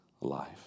life